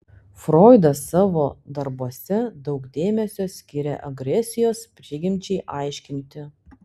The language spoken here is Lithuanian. froidas savo darbuose daug dėmesio skiria agresijos prigimčiai aiškinti